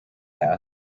asked